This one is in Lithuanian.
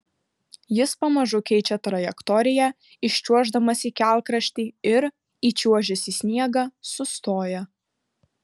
jis pamažu keičia trajektoriją iščiuoždamas į kelkraštį ir įčiuožęs į sniegą sustoja